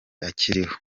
akiriho